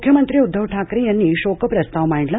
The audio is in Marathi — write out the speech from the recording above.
मुख्यमंत्री उद्धव ठाकरे यांनी शोकप्रस्ताव मांडला